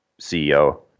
CEO